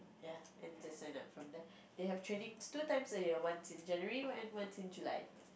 ya and just sign up from there they have trainings two times a year once in January and once in July